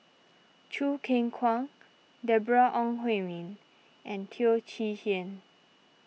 Choo Keng Kwang Deborah Ong Hui Min and Teo Chee Hean